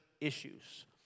issues